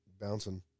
bouncing